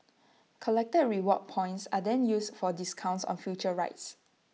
collected reward points are then used for discounts on future rides